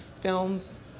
films